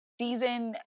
season